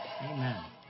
Amen